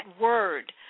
Word